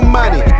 money